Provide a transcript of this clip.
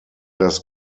das